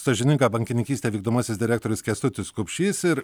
sąžiningą bankininkystę vykdomasis direktorius kęstutis kupšys ir